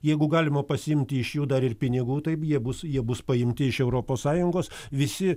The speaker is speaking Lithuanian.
jeigu galima pasiimti iš jų dar ir pinigų taip jie bus jie bus paimti iš europos sąjungos visi